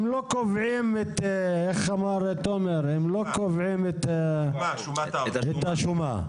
הם לא קובעים את השומה, את גובה החוב.